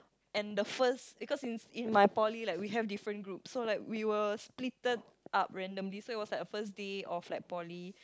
and the first because in in my poly like we have different groups so like we were splitted up randomly so it was like our first day of like poly